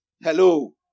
Hello